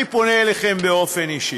אני פונה אליכם באופן אישי: